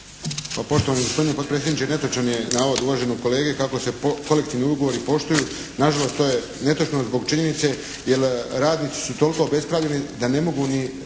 Pa poštovani gospodine potpredsjedniče. Netočan je navod uvaženog kolege kako se kolektivni ugovori poštuju. Nažalost to je netočno zbog činjenice jel' radnici su toliko obespravljeni da ne mogu ni